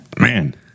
Man